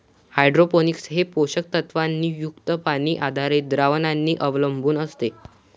hydroponics हे पोषक तत्वांनी युक्त पाणी आधारित द्रावणांवर अवलंबून असते